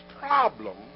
problem